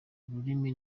ururimi